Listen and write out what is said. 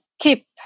keep